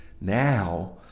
Now